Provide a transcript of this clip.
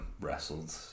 wrestled